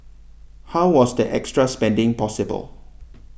how was the extra spending possible